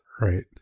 right